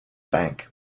bank